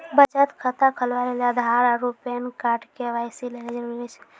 बचत खाता खोलबाबै लेली आधार आरू पैन कार्ड के.वाइ.सी लेली जरूरी होय छै